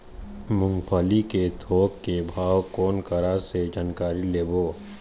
मूंगफली के थोक के भाव कोन करा से जानकारी लेबो?